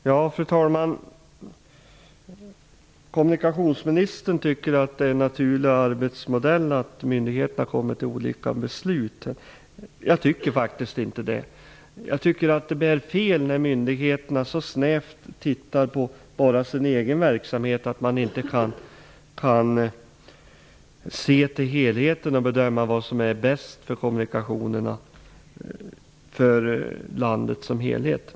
Fru talman! Kommunikationsministern tycker att det är en naturlig arbetsmodell att myndigheterna kommer fram till olika beslut. Det tycker faktiskt inte jag. Det är fel att myndigheterna tittar så snävt på sin egen myndighet att de inte kan bedöma vad som är bäst för landet som helhet när det gäller kommunikationerna.